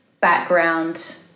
background